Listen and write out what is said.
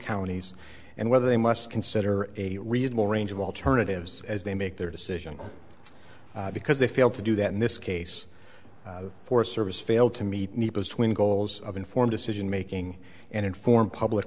counties and whether they must consider a reasonable range of alternatives as they make their decision because they feel to do that in this case the forest service failed to meet new post when goals of inform decision making and informed public